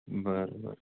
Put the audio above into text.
बरं बरं